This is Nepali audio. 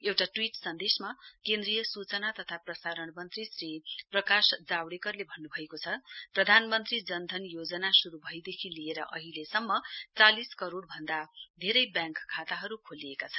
एउटा ट्वीट सन्देशमा केन्द्रीय सूचना तथा प्रसारण मंत्री श्री प्रकाश जावड़ेकरले भन्नुभएको छ प्रधानमन्त्री जनधन योजना श्रु भएदेखि लिएर अहिलेसम्म चालिस करोड़ भन्दा धेरै व्याङ्क खाताहरु खोलिएका छन्